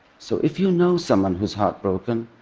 so if you know someone who is heartbroken,